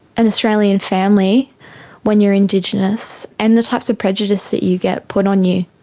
an australian family when you are indigenous, and the types of prejudice that you get put on you.